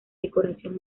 decoración